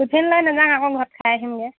tiffin লৈ নেযাওঁ আকৌ ঘৰত খাই আহিমগে